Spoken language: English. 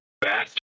bastard